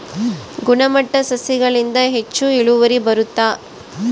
ಗುಣಮಟ್ಟ ಸಸಿಗಳಿಂದ ಹೆಚ್ಚು ಇಳುವರಿ ಬರುತ್ತಾ?